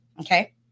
Okay